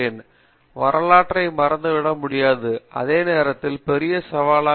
காமகோடி வரலாற்றை மறந்துவிட முடியாது அதே நேரத்தில் பெரிய சவாலாக உள்ளது